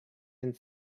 and